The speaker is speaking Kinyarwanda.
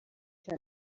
cya